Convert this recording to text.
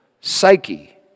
psyche